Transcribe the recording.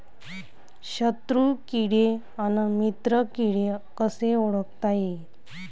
शत्रु किडे अन मित्र किडे कसे ओळखता येईन?